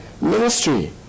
ministry